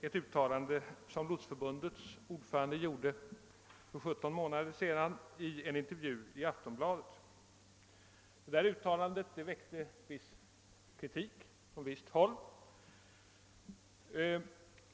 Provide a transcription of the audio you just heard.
ett uttalande som Lotsförbundets ordförande gjorde för 17 månader sedan i en intervju i Aftonbladet. Detta uttalande väckte kritik på visst håll.